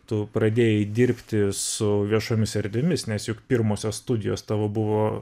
tu pradėjai dirbti su viešomis erdvėmis nes juk pirmosios studijos tavo buvo